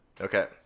Okay